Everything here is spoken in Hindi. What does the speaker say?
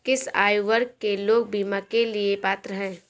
किस आयु वर्ग के लोग बीमा के लिए पात्र हैं?